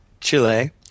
Chile